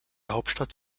hauptstadt